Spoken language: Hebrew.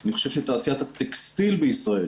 אני חושב שתעשיית הטקסטיל בישראל